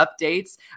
updates